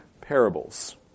parables